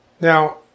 Now